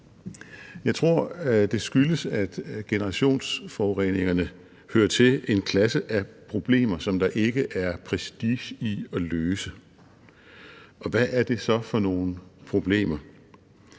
Jeg tror, det skyldes, at generationsforureningerne hører til en klasse af problemer, som der ikke er prestige i at løse. Hvad er det så for nogle problemer?